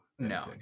No